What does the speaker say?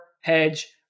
hedge